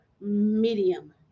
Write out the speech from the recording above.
medium